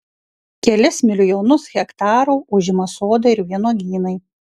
kelis milijonus hektarų užima sodai ir vynuogynai